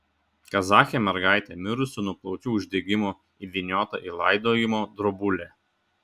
kazachė mergaitė mirusi nuo plaučių uždegimo įvyniota į laidojimo drobulę